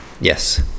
yes